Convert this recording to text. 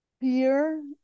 fear